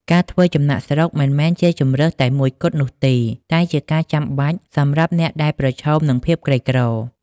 ការធ្វើចំណាកស្រុកមិនមែនជាជម្រើសតែមួយគត់នោះទេ តែជាការចាំបាច់សម្រាប់អ្នកដែលប្រឈមនឹងភាពក្រីក្រ។